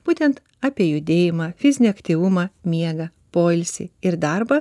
būtent apie judėjimą fizinį aktyvumą miegą poilsį ir darbą